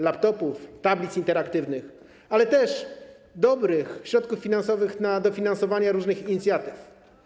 Laptopów, tablic interaktywnych, ale też środków finansowych na dofinansowanie różnych inicjatyw.